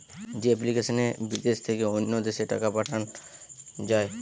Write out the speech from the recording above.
যে এপ্লিকেশনে বিদেশ থেকে অন্য দেশে টাকা পাঠান যায়